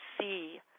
see